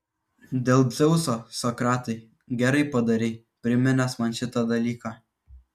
dėl dzeuso sokratai gerai padarei priminęs man šitą dalyką